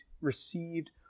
received